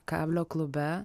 kablio klube